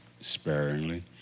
sparingly